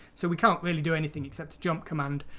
so we can't really do anything except to jump command,